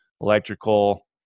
electrical